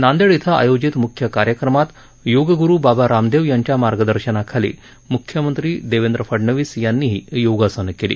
नांदेड इथं आयोजित मुख्य कार्यक्रमात योग गुरु बाबा रामदेव यांच्या मार्गदर्शनाखाली मुख्यमंत्री देवेंद्र फडनवीस यांनीही योगासनं केली